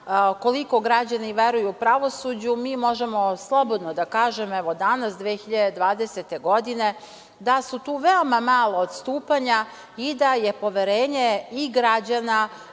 koliko građani veruju pravosuđu, mi možemo slobodno da kažemo, evo danas 2020. godine, da su tu veoma mala odstupanja i da je poverenje i građana,